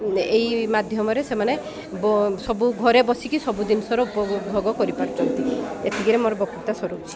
ଏଇ ମାଧ୍ୟମରେ ସେମାନେ ବ ସବୁ ଘରେ ବସିକି ସବୁ ଜିନିଷର ଉପଭୋଗ କରିପାରୁଛନ୍ତି ଏତିକିରେ ମୋର ବକ୍ତୃତା ସରୁଛି